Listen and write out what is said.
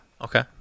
okay